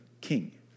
king